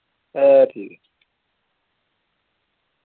ए ठीक